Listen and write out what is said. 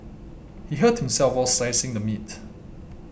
he hurt himself while slicing the meat